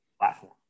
platform